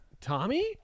Tommy